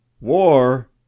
War